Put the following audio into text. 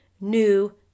new